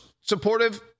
supportive